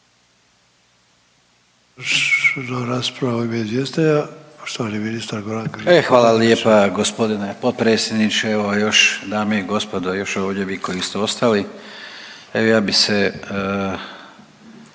hvala lijepa gospodine potpredsjedniče. Evo još, dame i gospodo, još ovdje vi koji ste ostali. Evo ja bi se